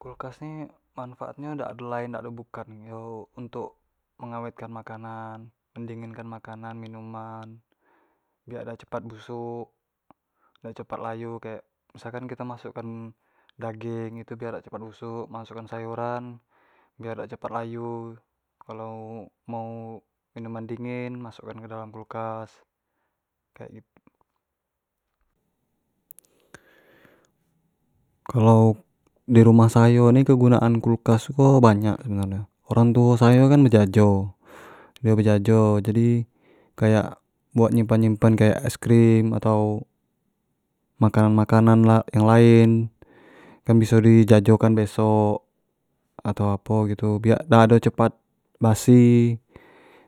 Kulkas ni manfaat nyo dak do lain dak ado bukan yo untuk mengawet kan makanan, mendingin kan makanan, minuman biak dak cepat busuk, dak cepat layu, kayak misalkan kito masuk kan daging itu tu biar dak cepat busuk, masuk kan sayuran biar dak cepat layu, kalo mau minuman dingin masuk an ke dalam kulkas, kek itu. kalau di rumah sayo ni kegunaan kulkas ko banyak sebenar nyo, orang tuo sayo kan bejajo, dio bejajo jadi kayak buatk nyimpang nyimpan kayak es krim atau makanan makanan la yang lain yang biso di jajo kan besok atau apo gitu biak dak ado cepat basi